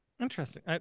Interesting